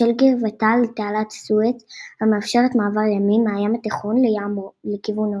בשל קרבתה לתעלת סואץ המאפשרת מעבר ימי מהים התיכון לכיוון הודו.